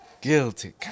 Guilty